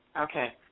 Okay